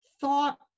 thought